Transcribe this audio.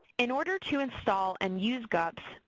in order to install and use gups,